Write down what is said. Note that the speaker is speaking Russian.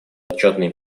отчетный